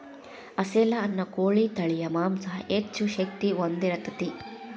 ಅಸೇಲ ಅನ್ನು ಕೋಳಿ ತಳಿಯ ಮಾಂಸಾ ಹೆಚ್ಚ ಶಕ್ತಿ ಹೊಂದಿರತತಿ